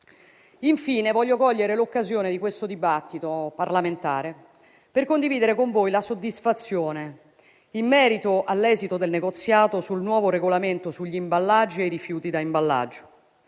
Infine, voglio cogliere l'occasione di questo dibattito parlamentare per condividere con voi la soddisfazione in merito all'esito del negoziato sul nuovo regolamento sugli imballaggi e i rifiuti da imballaggio.